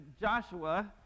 Joshua